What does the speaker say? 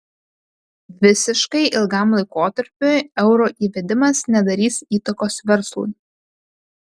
visiškai ilgam laikotarpiui euro įvedimas nedarys įtakos verslui